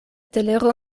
telero